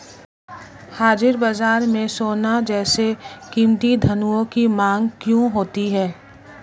हाजिर बाजार में सोना जैसे कीमती धातुओं की मांग क्यों होती है